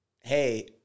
hey